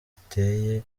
giteye